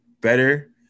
better